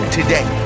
today